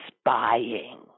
spying